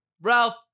Ralph